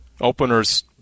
openers